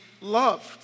loved